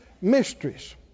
mysteries